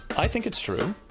i think it's true